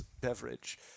beverage